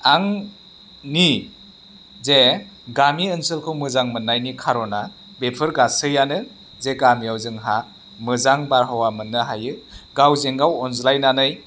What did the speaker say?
आंनि जे गामि ओनसोलखौ मोजां मोननायनि खारना बेफोर गासैयानो जे गामियाव जोंहा मोजां बारहावा मोननो हायो गावजों गाव अनज्लायनानै